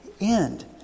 end